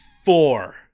Four